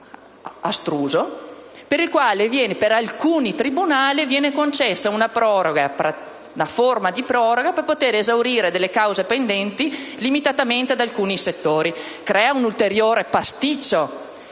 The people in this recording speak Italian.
con il quale, per alcuni tribunali, viene concessa una forma di proroga per poter esaurire delle cause pendenti, limitatamente ad alcuni settori? Ciò crea un ulteriore pasticcio.